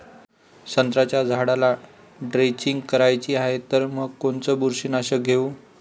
संत्र्याच्या झाडाला द्रेंचींग करायची हाये तर मग कोनच बुरशीनाशक घेऊ?